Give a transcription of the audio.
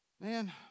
Man